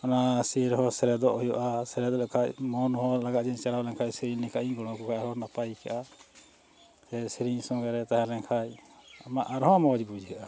ᱚᱱᱟ ᱥᱮᱨᱮᱧ ᱨᱮᱦᱚᱸ ᱥᱮᱨᱮᱫᱚᱜ ᱦᱩᱭᱩᱜᱼᱟ ᱥᱮᱞᱮᱫ ᱞᱮᱠᱷᱟᱱ ᱢᱚᱱ ᱦᱚᱸ ᱞᱟᱜᱟᱜ ᱡᱤᱱᱤᱥ ᱪᱟᱞᱟᱣ ᱞᱮᱱᱠᱷᱟᱱ ᱥᱮᱨᱮᱧ ᱞᱮᱠᱷᱟᱱ ᱤᱧ ᱜᱚᱲᱚᱣ ᱠᱚ ᱠᱷᱟᱱ ᱟᱨᱦᱚᱸ ᱱᱟᱯᱟᱭ ᱟᱹᱭᱠᱟᱹᱜᱼᱟ ᱥᱮ ᱥᱮᱨᱮᱧ ᱥᱚᱸᱜᱮ ᱨᱮ ᱛᱟᱦᱮᱸ ᱞᱮᱱᱠᱷᱟᱱ ᱟᱢᱟᱜ ᱟᱨᱦᱚᱸ ᱢᱚᱡᱽ ᱵᱩᱡᱷᱟᱹᱜᱼᱟ